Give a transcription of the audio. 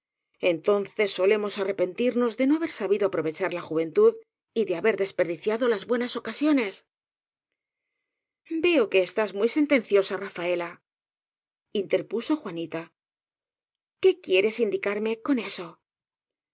entonces solemos arrepentimos de no haber sabido aprovechar la juventud y de haber desperdiciado las buenas ocasiones v eo que estás muy sentenciosa rafaela in terpuso juanita qué quieres indicarme con eso